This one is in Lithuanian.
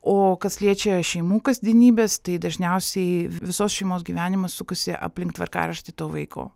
o kas liečia šeimų kasdienybes tai dažniausiai visos šeimos gyvenimas sukasi aplink tvarkaraštį to vaiko